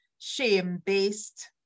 Shame-based